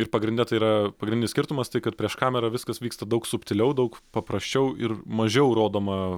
ir pagrinde tai yra pagrindinis skirtumas tai kad prieš kamerą viskas vyksta daug subtiliau daug paprasčiau ir mažiau rodoma